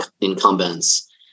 incumbents